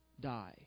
die